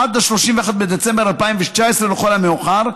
עד 31 בדצמבר 2019 לכל המאוחר,